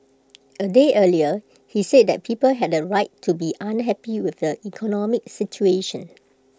A day earlier he said that people had A right to be unhappy with the economic situation